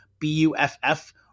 B-U-F-F